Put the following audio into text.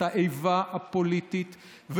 את האיבה הפוליטית,